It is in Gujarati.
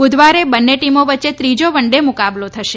બુધવારે બંને ટીમો વચ્ચે ત્રીજો વન ડે મુકાબલો થશે